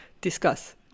Discuss